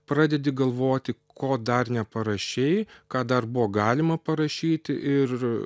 pradedi galvoti ko dar neparašei ką dar buvo galima parašyti ir